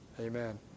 Amen